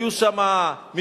היו שם מקריית-ארבע,